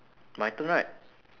my turn right